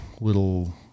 little